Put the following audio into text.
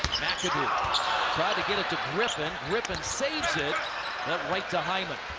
cadoo tried to get it to griffin. griffin saves it, but right to hyman.